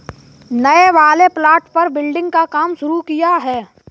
नए वाले प्लॉट पर बिल्डिंग का काम शुरू किया है